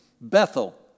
Bethel